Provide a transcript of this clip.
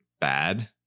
bad